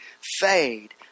fade